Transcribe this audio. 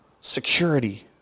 security